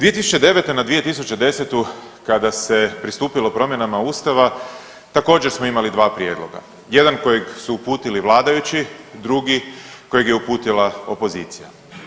2009. na 2010. kada se pristupilo promjenama ustava također smo imali dva prijedloga, jedan kojeg su uputili vladajući, drugi kojeg je uputila opozicija.